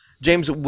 James